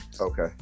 okay